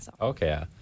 Okay